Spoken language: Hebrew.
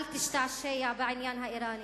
אל תשתעשע בעניין האירנים,